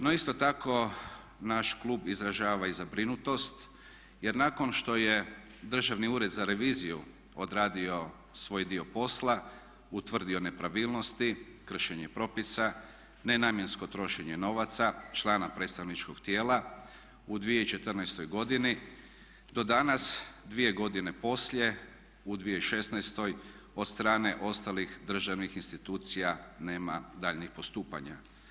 No isto tako naš klub izražava i zabrinutost jer nakon što je Državni ured za reviziju odradio svoj dio posla, utvrdio nepravilnosti, kršenje propisa, nenamjensko trošenje novaca člana predstavničkog tijela u 2014. godini do danas, 2 godine poslije u 2016., od strane ostalih državnih institucija nema daljnjih postupanja.